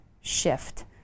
shift